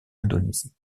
indonésie